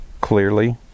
clearly